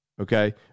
Okay